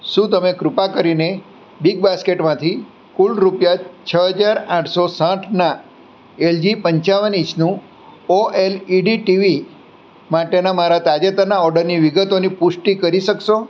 શું તમે કૃપા કરીને બિગ બાસ્કેટમાંથી કુલ રૂપિયા છ હજાર આઠસો સાઠનાં એલજી પંચાવન ઇંચનું ઓએલઇડી ટીવી માટેના મારા તાજેતરના ઓર્ડરની વિગતોની પુષ્ટિ કરી શકશો